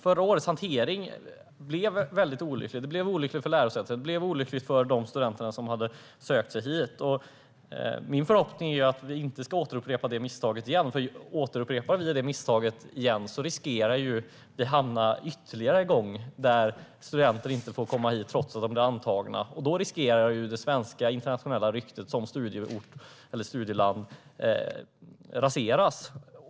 Förra årets hantering blev väldigt olycklig för lärosätena och för de studenter som hade sökt sig hit. Min förhoppning är att vi inte ska upprepa misstaget igen, för om vi gör det riskerar vi att ytterligare en gång hamna i situationen att studenter inte får komma hit trots att de blivit antagna. Då riskerar det internationella ryktet om Sverige som studieland att raseras.